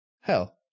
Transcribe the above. Hell